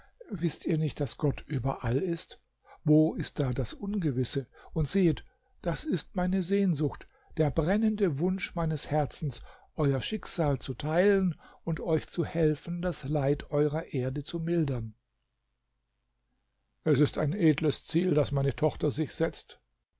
wißt ihr nicht daß gott überall ist wo ist da das ungewisse und sehet das ist meine sehnsucht der brennende wunsch meines herzens euer schicksal zu teilen und euch zu helfen das leid eurer erde zu mildern es ist ein edles ziel das meine tochter sich setzt